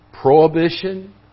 prohibition